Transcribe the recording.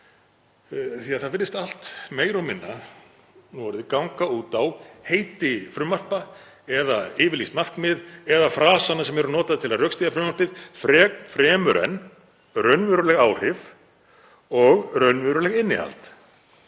Það virðist allt meira og minna nú orðið ganga út á heiti frumvarpa eða yfirlýst markmið eða frasana sem eru notaðir til að rökstyðja frumvarpið fremur en raunveruleg áhrif og raunveruleg innihald.